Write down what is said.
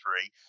three